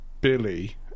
Billy